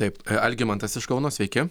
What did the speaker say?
taip algimantas iš kauno sveiki